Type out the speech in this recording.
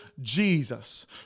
Jesus